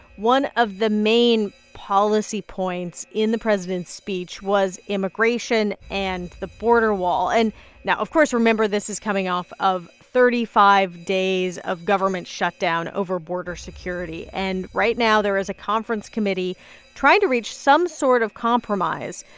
one of the main policy points in the president's speech was immigration and the border wall. and now, of course, remember this is coming off of thirty five days of government shutdown over border security. and right now, there is a conference committee trying to reach some sort of compromise.